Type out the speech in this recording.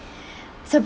surprisingly